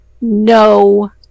no